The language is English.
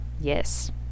Yes